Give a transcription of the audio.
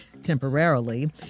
temporarily